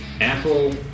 Apple